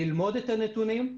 ללמוד את הנתונים,